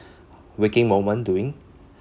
waking moment doing